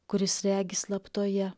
kuris regi slaptoje